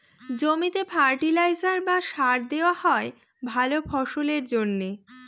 জমিতে ফার্টিলাইজার বা সার দেওয়া হয় ভালা ফসলের জন্যে